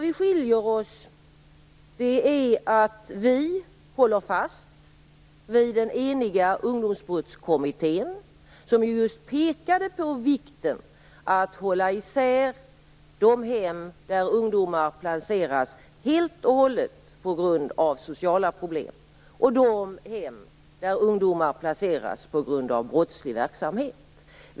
Vi skiljer oss genom att vi moderater håller fast vid den eniga Ungdomsbrottskommittén, som just pekade på vikten av att hålla isär de hem där ungdomar placeras helt och hållet på grund av sociala problem och de hem där ungdomar placeras på grund av brottslig verksamhet.